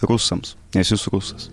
rusams nes jis rusas